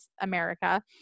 America